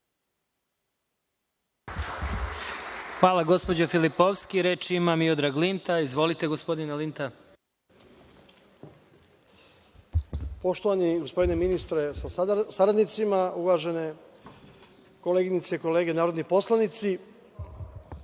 Hvala gospođo Filipovski. Reč ima Miodrag Linta. Izvolite. **Miodrag Linta** Poštovani gospodine ministre, sa saradnicima, uvažene koleginice i kolege narodni poslanici,